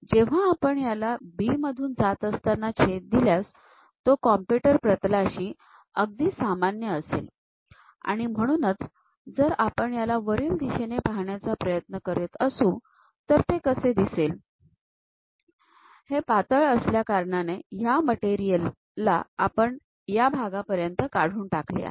जेव्हा आपण याला B मधून जात असताना छेद दिल्यास तो कॉम्पुटर प्रतलाशी अगदी सामान्य असेल आणि म्हणूनच जर आपण याला वरील दिशेने पाहण्याच्या प्रयत्न करत असू तर ते कसे दिसेल हे पातळ असल्याकारणाने ह्या मटेरियल ला आपण या भागापर्यंत काढून टाकले आहे